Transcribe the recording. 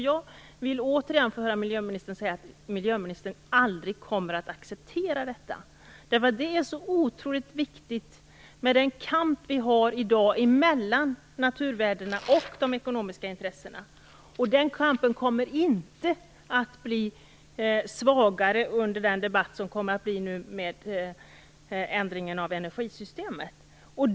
Jag vill återigen få höra miljöministern säga att miljöministern aldrig kommer att acceptera detta. Det är otroligt viktigt. Den kamp vi har i dag mellan naturvärdena och de ekonomiska intressena kommer inte att bli svagare under den debatt som kommer att föras om ändringen av energisystemet.